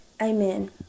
amen